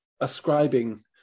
ascribing